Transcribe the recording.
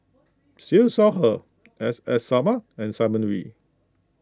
Siew Shaw Her S S Sarma and Simon Wee